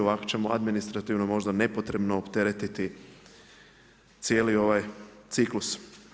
Ovako ćemo administrativno možda nepotrebno opteretiti cijeli ovaj ciklus.